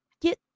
get